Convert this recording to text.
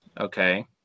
okay